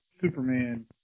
Superman